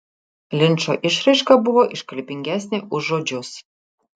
linčo išraiška buvo iškalbingesnė už žodžius